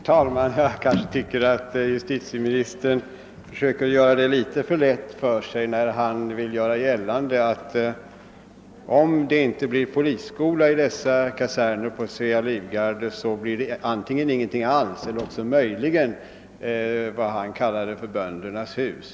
Herr talman! Jag tycker att justitie ministern försöker göra det litet för lätt för sig när han vill göra gällande, att om det inte blir polisskola i dessa kaserner på Svea livgarde, så blir det ingenting alls eller möjligen ett vad han kallar Böndernas hus.